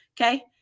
Okay